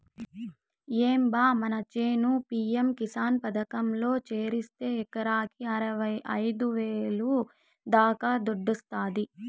ఏం బా మన చేను పి.యం కిసాన్ పథకంలో చేరిస్తే ఎకరాకి అరవైఐదు వేల దాకా దుడ్డొస్తాది